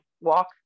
walk